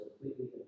completely